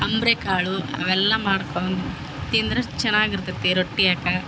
ಅಂಬ್ರೆ ಕಾಳು ಅವೆಲ್ಲ ಮಾಡ್ಕೊಂಡು ತಿಂದರೆ ಚೆನ್ನಾಗಿ ಇರ್ತತಿ ರೊಟ್ಟಿಯಾಕ